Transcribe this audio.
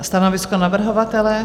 Stanovisko navrhovatele?